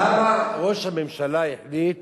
למה ראש הממשלה החליט